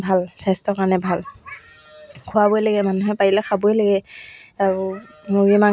কামত বহুতে সঁহাৰি জনাইছিলে ফেচবুক ইনষ্ট্ৰাগ্ৰামত মোক